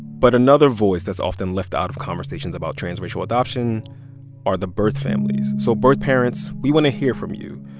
but another voice that's often left out of conversations about transracial adoption are the birth families. so birth parents, we want to hear from you.